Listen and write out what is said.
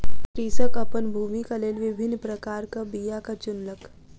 कृषक अपन भूमिक लेल विभिन्न प्रकारक बीयाक चुनलक